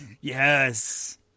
Yes